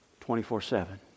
24-7